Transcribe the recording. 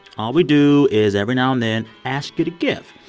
all we do is every now and then ask you to give.